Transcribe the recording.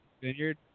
Vineyard